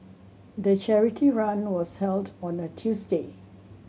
the charity run was held on a Tuesday